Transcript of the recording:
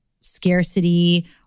scarcity